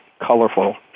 Colorful